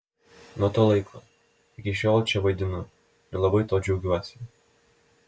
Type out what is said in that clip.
nuo to laiko iki šiol čia vaidinu ir labai tuo džiaugiuosi